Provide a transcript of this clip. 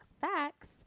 facts